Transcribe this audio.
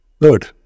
Third